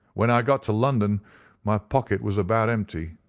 when i got to london my pocket was about empty,